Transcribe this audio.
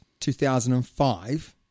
2005